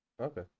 Okay